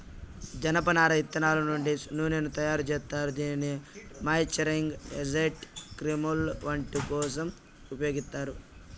జనపనార ఇత్తనాల నుండి నూనెను తయారు జేత్తారు, దీనిని మాయిశ్చరైజింగ్ ఏజెంట్గా క్రీమ్లలో, వంట కోసం ఉపయోగిత్తారు